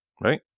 Right